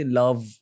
love